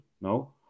No